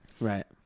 Right